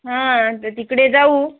हां तं तिकडे जाऊ